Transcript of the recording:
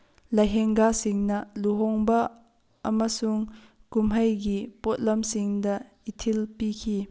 ꯂꯩꯍꯦꯡꯒꯁꯤꯡꯅ ꯂꯨꯒꯣꯡꯕ ꯑꯃꯁꯨꯡ ꯀꯨꯝꯍꯩꯒꯤ ꯄꯣꯠꯂꯝꯁꯤꯡꯗ ꯏꯊꯤꯜ ꯄꯤꯈꯤ